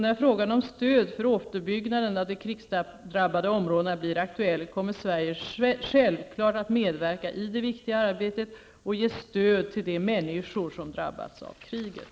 När frågan om stöd för återuppbyggnaden av de krigsdrabbade områdena blir aktuell kommer Sverige självfallet att medverka i det viktiga arbetet och ge stöd till de människor som drabbats av kriget.